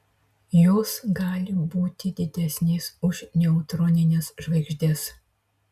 jos gali būti didesnės už neutronines žvaigždes